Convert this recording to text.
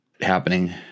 happening